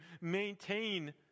maintain